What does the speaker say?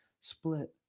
split